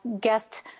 guest